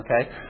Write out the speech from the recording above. Okay